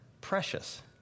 precious